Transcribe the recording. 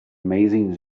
amazing